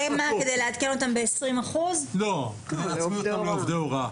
זה כדי לעדכן אותם כעובדי הוראה.